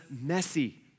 messy